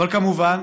אבל כמובן